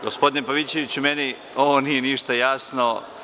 Gospodine Pavićeviću, meni ovo nije ništa jasno.